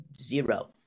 zero